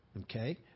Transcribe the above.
Okay